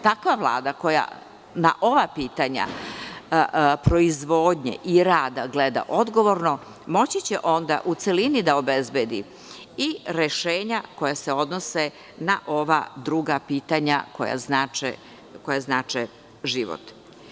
Takva Vlada koja na ova pitanja proizvodnje i rada gleda odgovorno, moći će onda u celini da obezbedi i rešenja koja se odnose na ova druga pitanja koja znače život.